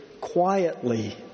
quietly